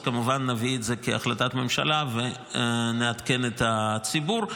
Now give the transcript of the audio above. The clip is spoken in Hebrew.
כמובן שנביא את זה כהחלטת ממשלה ונעדכן את הציבור.